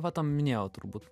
va tą minėjau turbūt